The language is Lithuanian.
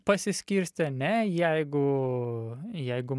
pasiskirstę ne jeigu jeigu